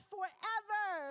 Forever